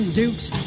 duke's